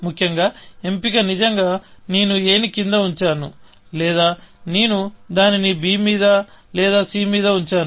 ముఖ్యంగా ఎంపిక నిజంగా నేను a ని కింద ఉంచాను లేదా నేను దానిని b మీద లేదా c మీద ఉంచాను